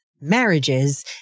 marriages